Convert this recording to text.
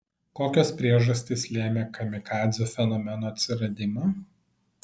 kokios priežastys lėmė kamikadzių fenomeno atsiradimą